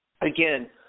again